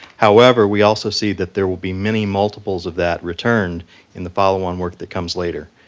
however, we also see that there will be many multiples of that returned in the follow on work that comes later,